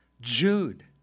Jude